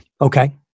okay